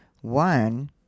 one